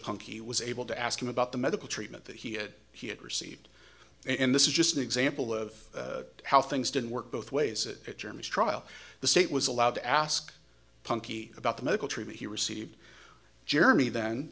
punky was able to ask him about the medical treatment that he had he had received and this is just an example of how things didn't work both ways it is trial the state was allowed to ask punky about the medical treatment he received jeremy then